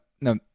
no